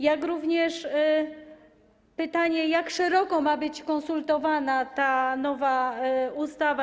Jak również pytanie: Jak szeroko ma być konsultowana ta nowa ustawa?